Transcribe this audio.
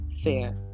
FAIR